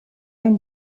une